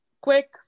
quick